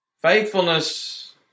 Faithfulness